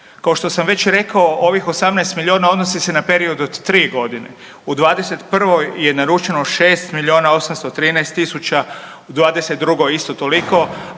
Kao što sam već rekao ovih 18 milijuna odnosi se na period od tri godine u '21. je naručeno 6 milijuna 813 tisuća u '22. isto toliko,